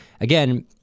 again